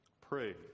Pray